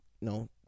no